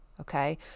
Okay